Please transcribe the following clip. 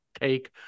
take